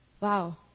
Wow